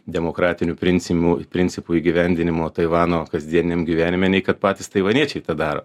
demokratinių princimų principų įgyvendinimo taivano kasdieniam gyvenime nei kad patys taivaniečiai tą daro